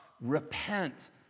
Repent